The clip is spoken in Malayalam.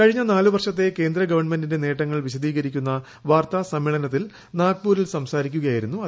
കഴിഞ്ഞ നാല് വർഷത്തെ കേന്ദ്രഗവൺമെന്റിന്റെ നേട്ടങ്ങൾ വിശദീകരിക്കുന്ന വാർത്താ സമ്മേളനത്തിൽ നാഗ്പൂരിൽ സംസാരിക്കുകയായിരുന്നു അദ്ദേഹം